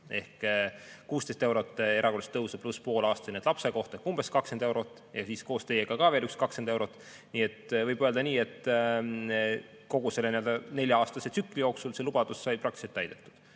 ehk 16 eurot erakorralist tõusu, pluss pool aastahinnet lapse kohta, umbes 20 eurot, ja siis koos teiega ka veel 20 eurot. Nii et võib öelda, et kogu selle nelja-aastase tsükli jooksul see lubadus sai praktiliselt täidetud.